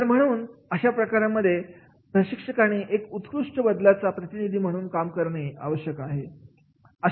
तर म्हणून अशा प्रकारांमध्ये प्रशिक्षकाने एक उत्कृष्ट बदलाचा प्रतिनिधी म्हणून कामगिरी करणे आवश्यक आहे